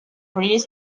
british